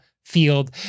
field